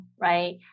right